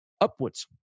upwards